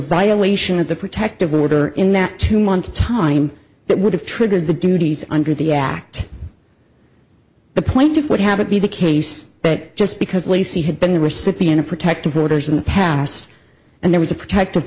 violation of the protective order in that two month time that would have triggered the duties under the act the point of would have to be the case but just because lacy had been the recipient of protective orders in the past and there was a protective